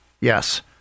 Yes